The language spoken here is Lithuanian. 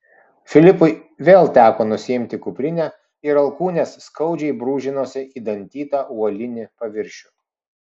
filipui vėl teko nusiimti kuprinę ir alkūnės skaudžiai brūžinosi į dantytą uolinį paviršių